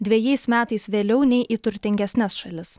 dvejais metais vėliau nei į turtingesnes šalis